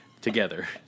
together